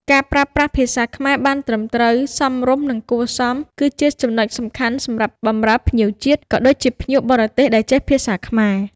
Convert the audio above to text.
ការប្រើប្រាស់ភាសាខ្មែរបានត្រឹមត្រូវ សមរម្យ និងគួរសម គឺជាចំណុចសំខាន់សម្រាប់បម្រើភ្ញៀវជាតិ ក៏ដូចជាភ្ញៀវបរទេសដែលចេះភាសាខ្មែរ។